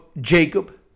Jacob